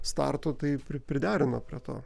starto taip ir priderino prie to